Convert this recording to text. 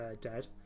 dead